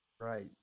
Right